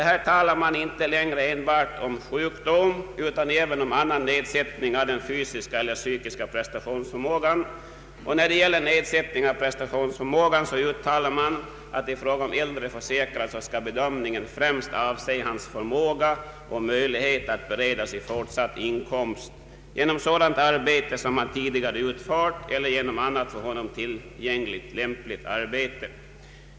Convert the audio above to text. Här talas inte längre enbart om sjukdom utan även om annan nedsättning av den fysiska eller psykiska prestationsförmågan. Vad beträffar nedsättning av prestationsförmågan uttalas att i fråga om äldre försäkrad skall bedömningen främst avse hans förmåga och möjlighet att bereda sig fortsatt inkomst genom sådant arbete som han tidigare utfört eller genom annat för honom tillgängligt lämpligt arbete.